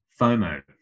FOMO